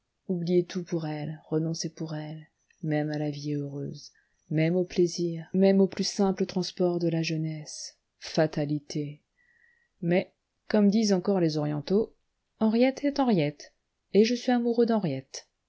oublier tout pour elle renoncer pour elle même à la vie heureuse même aux plaisirs même aux plus simples transports de la jeunesse fatalité mais comme disent encore les orientaux henriette est henriette et je suis amoureux d'henriette